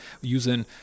using